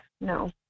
no